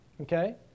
okay